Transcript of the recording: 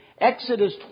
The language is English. Exodus